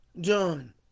John